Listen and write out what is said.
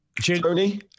Tony